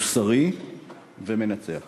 מוסרי ומנצח.